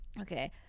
Okay